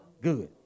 Good